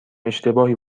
اشتباهی